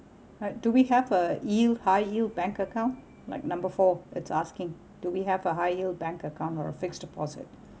had do we have a yield high yield bank account like number four it's asking do we have a high yield bank account or fixed deposit